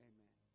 Amen